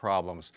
problems